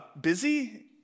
busy